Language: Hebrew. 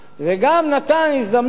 וגם נתן הזדמנות